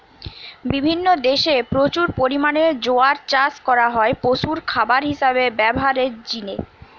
বিভিন্ন দেশে প্রচুর পরিমাণে জোয়ার চাষ করা হয় পশুর খাবার হিসাবে ব্যভারের জিনে